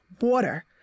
water